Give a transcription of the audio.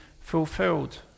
fulfilled